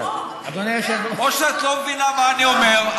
או שאת לא מבינה מה אני אומר,